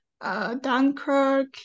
Dunkirk